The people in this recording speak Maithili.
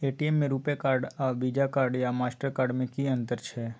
ए.टी.एम में रूपे कार्ड आर वीजा कार्ड या मास्टर कार्ड में कि अतंर छै?